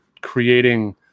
creating